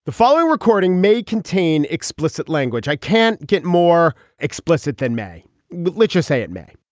the following recording may contain explicit language i can't get more explicit than may literacy it may